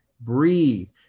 breathe